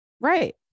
Right